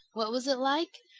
what was it like?